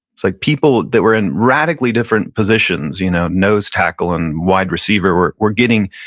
it's like people that were in radically different positions. you know nose tackle and wide receiver were were getting,